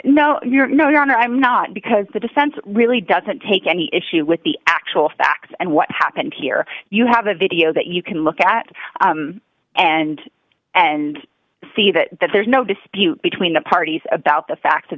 honor i'm not because the defense really doesn't take any issue with the actual facts and what happened here you have a video that you can look at and and see that that there's no dispute between the parties about the fact